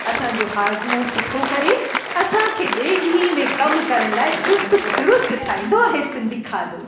असांजो हाज़मो सुठो करे असांखे ॿिए ॾींहं में कम करण लाइ चुस्तु दुरुस्तु ठाहींदो आहे सिंधी खाधो